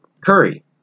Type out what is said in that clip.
Curry